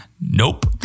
nope